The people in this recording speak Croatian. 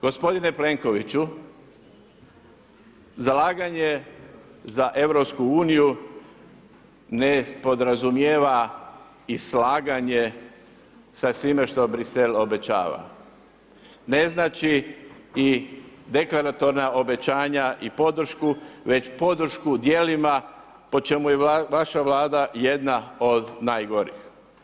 Gospodine Plenkoviću zalaganje za EU ne podrazumijeva i slaganje sa svime što Bruxelles obećava, ne znači i deklaratorna obećanja i podršku, već podršku djelima po čemu je vaša Vlada jedna od najgorih.